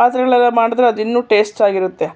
ಪಾತ್ರೆಗಳಲ್ಲಿ ಮಾಡಿದ್ರೆ ಅದಿನ್ನೂ ಟೇಸ್ಟಾಗಿರುತ್ತೆ